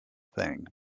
thing